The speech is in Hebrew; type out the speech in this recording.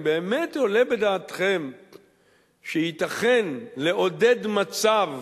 האם באמת עולה בדעתכם שייתכן לעודד מצב